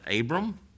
Abram